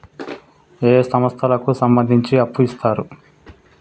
ఏ సంస్థలకు సంబంధించి అప్పు ఇత్తరు?